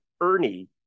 Ernie